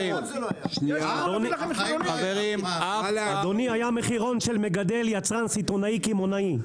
אדוני, היה מחירון של מגדל יצרן סיטונאי-קמעונאי.